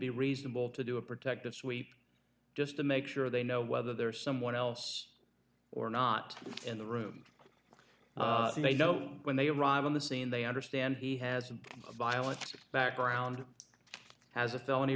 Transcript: be reasonable to do a protective sweep just to make sure they know whether there is someone else or not in the room they don't know when they arrive on the scene they understand he has a violent background has a felony